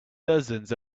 dozens